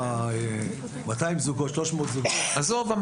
ה-200 או ה-300 --- עזוב,